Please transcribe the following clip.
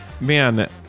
Man